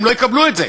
הם לא יקבלו את זה.